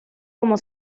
como